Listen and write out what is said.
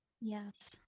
yes